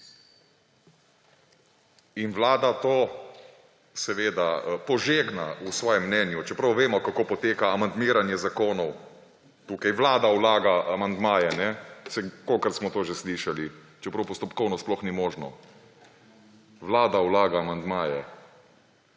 Vlada to seveda požegna v svojem mnenju, čeprav vemo, kako poteka amandmiranje zakonov. Tukaj Vlada vlaga amandmaje, saj kolikokrat smo že to slišali, čeprav postopkovno sploh ni možno. Vlada vlaga amandmaje.